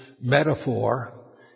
metaphor